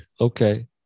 Okay